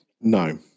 No